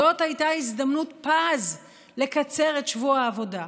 זאת הייתה הזדמנות פז לקצר את שבוע העבודה.